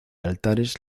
altares